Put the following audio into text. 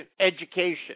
education